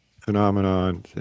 phenomenon